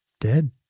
dead